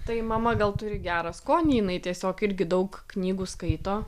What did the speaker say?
tai mama gal turi gerą skonį jinai tiesiog irgi daug knygų skaito